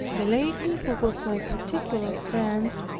the lady, who was my particular friend,